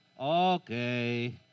Okay